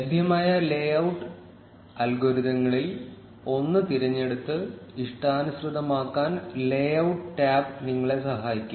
ലഭ്യമായ ലേഔട്ട് അൽഗോരിതങ്ങളിൽ ഒന്ന് തിരഞ്ഞെടുത്ത് ഇഷ്ടാനുസൃതമാക്കാൻ ലേഔട്ട് ടാബ് നിങ്ങളെ സഹായിക്കും